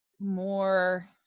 more